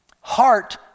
heart